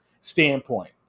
standpoint